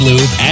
Lube